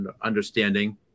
understanding